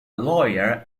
lawyer